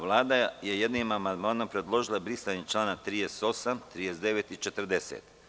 Vlada je jednim amandmanom predložila brisanje članova 38, 39. i 40.